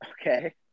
Okay